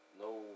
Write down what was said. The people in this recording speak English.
no